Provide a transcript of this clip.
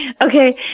Okay